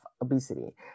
obesity